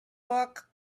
book